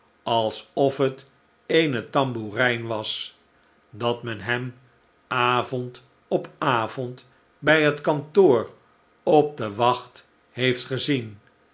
alsof het eene tamboerijn was dat men hem avond op avond bij het kantoor op de wacht heeft gezien